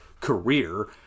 career